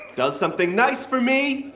does something nice for me,